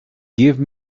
give